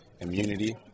immunity